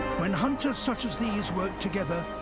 when hunters such as these work together,